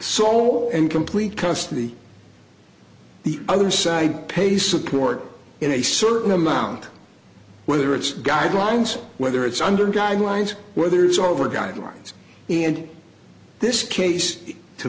soul and complete custody the other side pays support in a certain amount whether it's guidelines whether it's under guidelines whether it's over guidelines in this case to